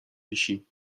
wisi